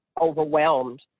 overwhelmed